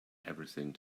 everything